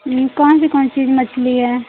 हाँ कौन सी कौन सी मछली है